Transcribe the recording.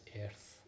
earth